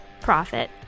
Profit